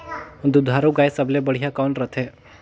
दुधारू गाय सबले बढ़िया कौन रथे?